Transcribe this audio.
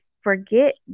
forget